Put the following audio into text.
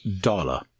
dollar